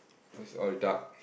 cause is all dark